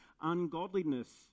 ungodliness